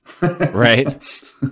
Right